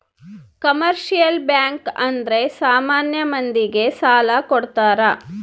commercial bank ಅಂದ್ರೆ ಸಾಮಾನ್ಯ ಮಂದಿ ಗೆ ಸಾಲ ಕೊಡ್ತಾರ